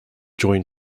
join